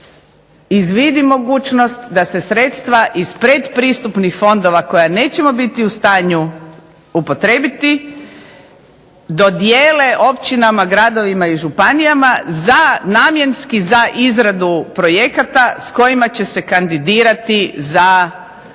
izvidi mogućnost da se sredstva iz pretpristupnih fondova koja nećemo biti u stanju upotrijebiti dodijele općinama, gradovima i županijama namjenski za izradu projekata s kojima će se kandidirati za strukturne